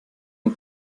und